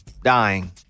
dying